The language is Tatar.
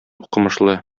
укымышлы